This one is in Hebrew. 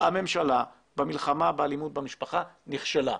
הממשלה במלחמה באלימות במשפחה נכשלה.